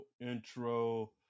intro